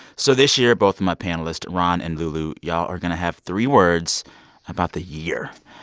so this year, both of my panelists, ron and lulu y'all are going to have three words about the year.